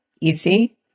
easy